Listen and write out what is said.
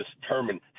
determine